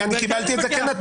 אני בהחלט אתווכח.